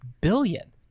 billion